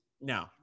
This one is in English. No